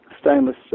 stainless